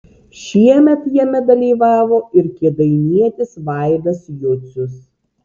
šiemet jame dalyvavo ir kėdainietis vaidas jucius